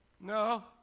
No